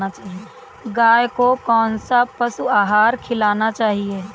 गाय को कौन सा पशु आहार खिलाना चाहिए?